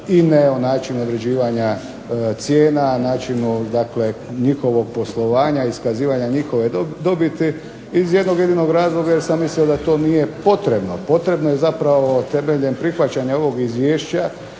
INA-e, o načinu određivanja cijena, načinu dakle njihovog poslovanja, iskazivanja njihove dobiti iz jednog jedinog razloga jer sam mislio da to nije potrebno. Potrebno je zapravo temeljem prihvaćanja ovog izvješća